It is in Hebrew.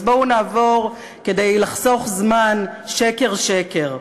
אז בואו נעבור, כדי לחסוך זמן, שקר-שקר.